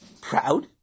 Proud